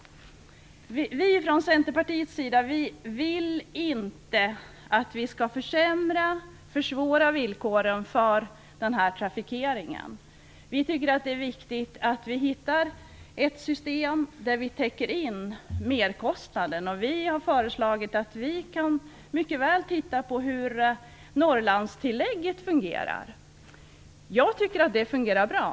I Centerpartiet vill vi inte att villkoren för den här trafiken skall försämras. Vi menar att det är viktigt att vi hittar ett system som täcker in merkostnaden. Vi har föreslagit att man ser efter hur Norrlandsstödet fungerar. Jag tycker att det fungerar bra.